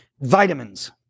vitamins